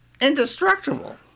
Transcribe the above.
indestructible